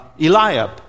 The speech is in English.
Eliab